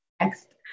Next